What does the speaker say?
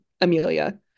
Amelia